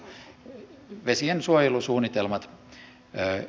vesiensuojelusuunnitelmat etenevät